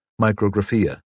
Micrographia